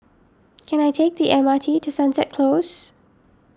can I take the M R T to Sunset Close